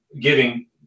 giving